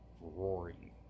roaring